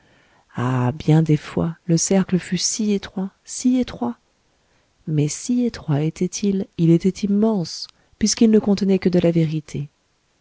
ah bien des fois le cercle fut si étroit si étroit mais si étroit était-il il était immense puisqu'il ne contenait que de la vérité